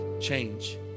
change